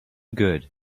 good